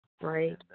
Right